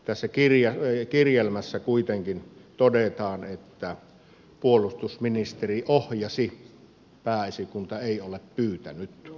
tässä kirjelmässä kuitenkin todetaan että puolustusministeri ohjasi pääesikunta ei ole sitä pyytänyt